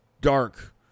dark